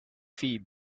feed